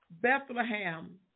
Bethlehem